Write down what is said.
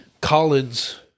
Collins